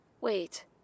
wait